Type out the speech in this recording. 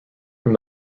from